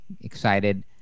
excited